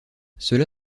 cela